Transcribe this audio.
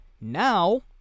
Now